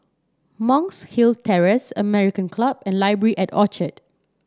Monk's Hill Terrace American Club and Library at Orchard